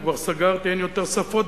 כבר סגרתי, אין יותר שפות.